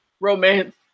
romance